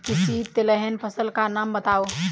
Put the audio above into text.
किसी तिलहन फसल का नाम बताओ